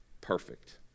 perfect